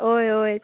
ओय ओय